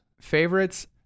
Favorites